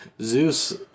zeus